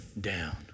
down